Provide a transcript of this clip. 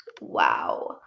Wow